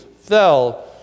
fell